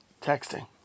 texting